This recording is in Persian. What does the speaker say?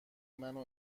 منو